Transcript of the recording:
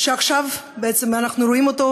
שעכשיו בעצם אנחנו רואים אותו,